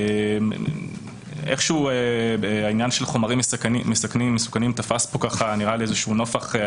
איכשהו העניין של חומרים מסוכנים תפס פה נראה לי נפח,